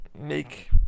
make